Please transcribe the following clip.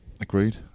agreed